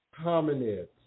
hominids